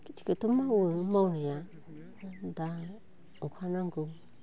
खिथिखौथ' मावो मावनाया दा अखा नांगौ